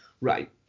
Right